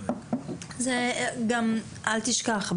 אל תשכח,